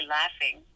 laughing